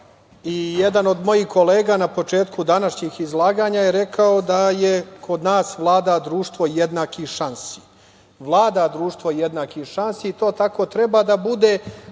i jedan od mojih kolega na početku današnjih izlaganja je rekao da kod nas vlada društvo jednakih šansi. Vlada društvo jednakih šansi i to tako treba da bude,